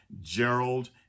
Gerald